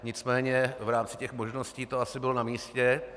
Nicméně v rámci možností to asi bylo namístě.